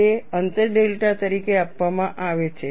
તે અંતર ડેલ્ટા તરીકે આપવામાં આવે છે